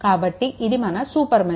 కాబట్టి ఇది మన సూపర్ మెష్